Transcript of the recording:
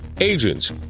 agents